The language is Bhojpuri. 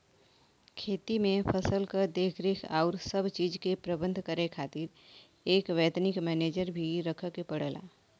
खेती में फसल क देखरेख आउर सब चीज के प्रबंध करे खातिर एक वैतनिक मनेजर भी रखे के पड़ला